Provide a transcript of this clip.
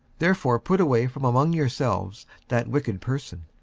therefore put away from among yourselves that wicked person.